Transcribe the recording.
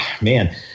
Man